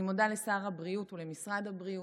אני מודה לשר הבריאות ולמשרד הבריאות,